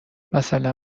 مثلا